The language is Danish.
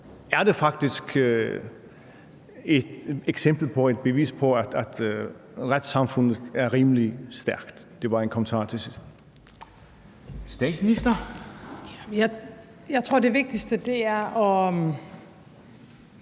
er det faktisk et eksempel på, et bevis på, at retssamfundet er rimelig stærkt. Det var en kommentar til sidst. Kl. 13:31 Formanden (Henrik